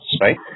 right